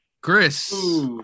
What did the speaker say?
Chris